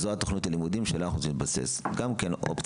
זו תכנית הלימודים שעליה אנחנו רוצים להתבסס זו גם כן אופציה.